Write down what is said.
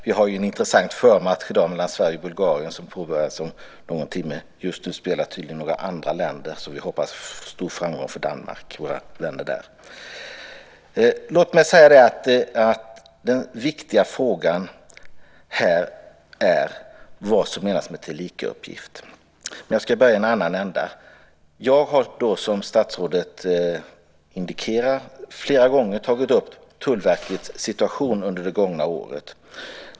Vi har en intressant förmatch i dag mellan Sverige och Bulgarien som påbörjas om någon timme. Just nu spelar tydligen några andra länder, och vi hoppas på stor framgång för Danmark. Låt mig säga att den viktiga frågan här är vad som menas med "tillikauppgift". Men jag ska börja i en annan ände. Jag har som statsrådet indikerar flera gånger tagit upp Tullverkets situation under det gångna året.